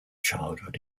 childhood